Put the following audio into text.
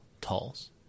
tolls